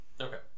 okay